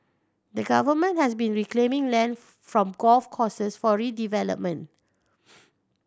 the Government has been reclaiming land from golf courses for redevelopment